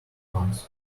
month